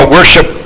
Worship